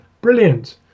brilliant